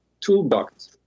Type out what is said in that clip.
Toolbox